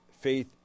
faith